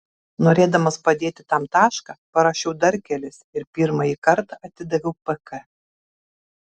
norėdamas padėti tam tašką parašiau dar kelis ir pirmąjį kartą atidaviau pk